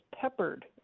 peppered